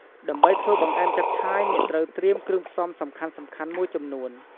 ដើម្បីធ្វើបង្អែមចាប់ឆាយ អ្នកត្រូវត្រៀមគ្រឿងផ្សំសំខាន់ៗមួយចំនួន។